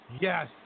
Yes